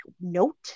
note